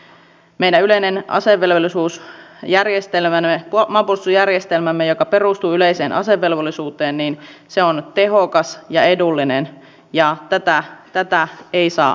yksi asia mistä en tykkää on se että kollegat siis poliitikot kuin haikalat pyörii hautalan ympärillä tällä hetkellä ja nauttii tilanteesta ja se on minun mielestä vastenmielistä